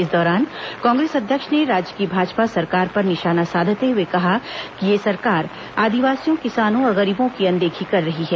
इस दौरान कांग्रेस अध्यक्ष ने राज्य की भाजपा सरकार पर निशाना साधते हुए कहा कि यह सरकार आदिवासियों किसानों और गरीबों की अनदेखी कर रही है